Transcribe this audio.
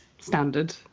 standard